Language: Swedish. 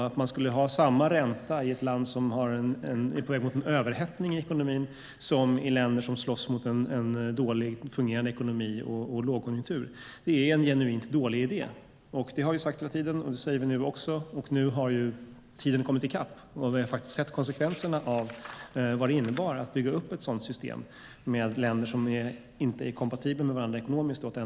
Att ha samma ränta i ett land som är på väg mot en överhettning i ekonomin som i ett land som slåss med en dåligt fungerande ekonomi och lågkonjunktur är en genuint dålig idé. Det har vi sagt hela tiden, och det säger vi nu. Nu har tiden kommit i kapp och vi har sett konsekvenserna av vad det innebar att bygga upp ett system med samma räntesats i länder som inte är kompatibla med varandra ekonomiskt.